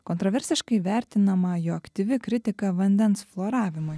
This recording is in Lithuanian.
kontraversiškai vertinama jo aktyvi kritika vandens floravimui